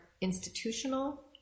institutional